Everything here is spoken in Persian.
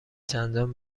چندان